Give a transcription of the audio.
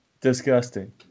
Disgusting